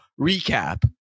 recap